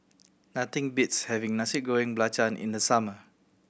nothing beats having Nasi Goreng Belacan in the summer